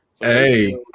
Hey